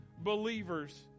believers